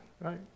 right